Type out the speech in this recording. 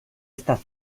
estas